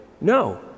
no